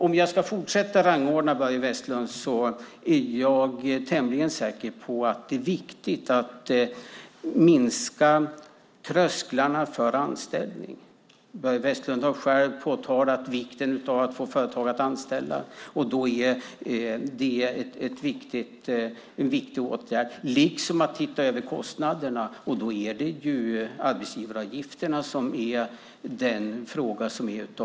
Om jag ska fortsätta att rangordna det Börje Vestlund nämnde är jag tämligen säker på att det är viktigt att minska trösklarna för anställning. Börje Vestlund har själv påtalat vikten av att få företag att anställa. Det är en viktig åtgärd liksom att titta över kostnaderna. Där är arbetsgivaravgifterna en fråga av stor vikt.